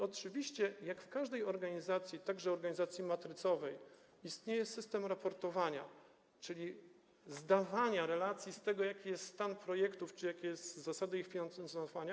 Oczywiście, jak w każdej organizacji, także organizacji matrycowej, istnieje system raportowania, czyli zdawania relacji z tego, jaki jest stan projektów czy jakie są zasady ich finansowania.